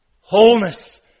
wholeness